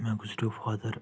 مےٚ گُزریو فادر